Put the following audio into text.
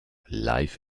live